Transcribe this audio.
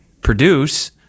produce